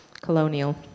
Colonial